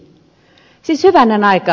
siis hyvänen aika